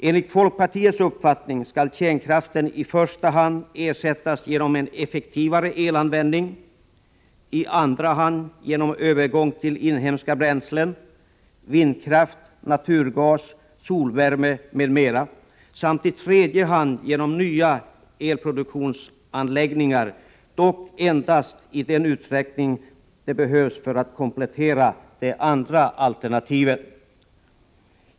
Enligt folkpartiets uppfattning skall kärnkraften i första hand ersättas genom en effektivare elanvändning, i andra hand genom en övergång till inhemska bränslen, vindkraft, naturgas, solvärme m.m. samt i tredje hand genom nya elproduktionsanläggningar, dock endast i den utsträckning det behövs för att komplettera de andra alternativen.